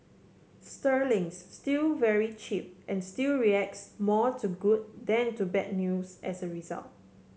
sterling's still very cheap and still reacts more to good than to bad news as a result